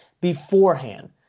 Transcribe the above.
beforehand